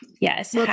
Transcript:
Yes